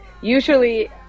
usually